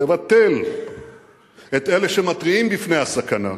ולבטל את אלה שמתריעים על הסכנה,